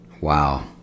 wow